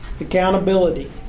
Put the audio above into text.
Accountability